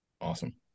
Awesome